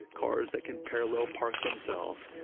cars that can parallel park themselves.